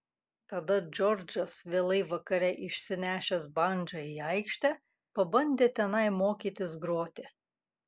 tada džordžas vėlai vakare išsinešęs bandžą į aikštę pabandė tenai mokytis groti